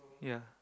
ya